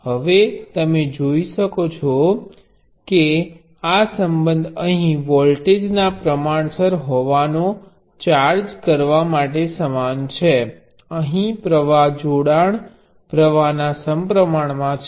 હવે તમે જોઈ શકો છો કે આ સંબંધ અહીં વોલ્ટેજના પ્રમાણસર હોવાનો ચાર્જ કરવા માટે સમાન છે અહીં પ્રવાહ જોડાણ પ્ર્વાહ ના સમપ્રમાણમાં છે